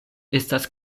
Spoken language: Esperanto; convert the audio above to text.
estas